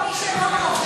חברת הכנסת מיכל רוזין,